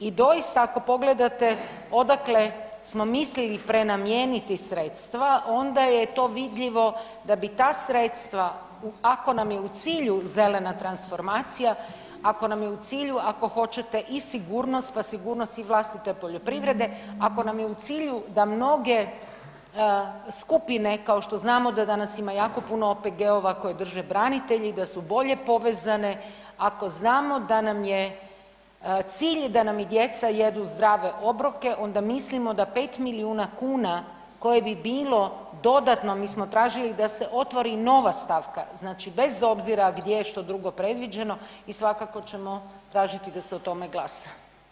I doista ako pogledate odakle smo mislili prenamijeniti sredstva onda je to vidljivo da bi ta sredstva ako nam je u cilju zelena transformacija, ako nam je u cilju ako hoćete i sigurnost, pa sigurnost i vlastite poljoprivrede, ako nam je u cilju da mnoge skupine kao što znamo da danas ima jako puno OPG-ova koje drže branitelji, da su bolje povezane, ako znamo da nam je cilj da nam i djeca jedu zdrave obroke onda mislimo da 5 milijuna kuna koje bi bilo dodatno, mi smo tražili da se otvori nova stavka, znači bez obzira gdje je što drugo predviđeno i svakako ćemo tražiti da se o tome glasa.